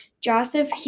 Joseph